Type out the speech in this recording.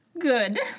good